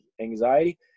anxiety